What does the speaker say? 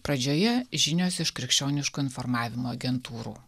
pradžioje žinios iš krikščioniško informavimo agentūrų